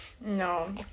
No